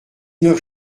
neuf